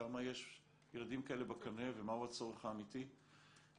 כמה ילדים כאלה יש בקנה ומהו הצורך האמיתי למענה